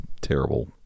terrible